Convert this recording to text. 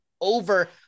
over